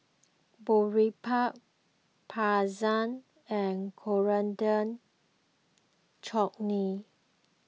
Boribap Pretzel and Coriander Chutney